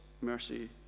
mercy